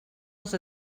els